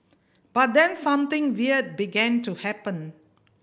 but then something weird began to happen